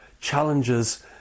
challenges